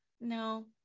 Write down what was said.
no